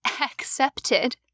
accepted